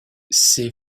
ses